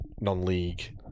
non-league